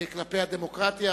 כלפי הדמוקרטיה,